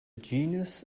genus